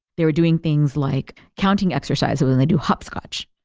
they were doing things like counting exercises when they do hopscotch.